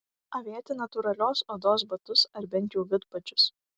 avėti natūralios odos batus ar bent jau vidpadžius